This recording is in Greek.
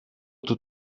του